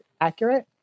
accurate